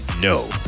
no